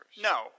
No